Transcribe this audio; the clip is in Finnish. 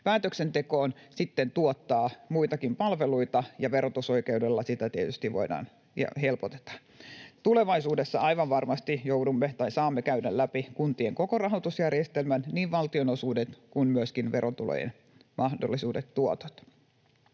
päätöksentekoon tuottaa muitakin palveluita, ja verotusoikeudella sitä tietysti helpotetaan. Tulevaisuudessa aivan varmasti joudumme tai saamme käydä läpi kuntien koko rahoitusjärjestelmän, niin valtionosuudet kuin myöskin verotulojen mahdollisuudet, tuotot.